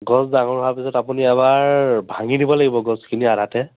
গছ ডাঙৰ হোৱা পাছত আপুনি এবাৰ ভাঙি দিব লাগিব গছখিনি আধাতে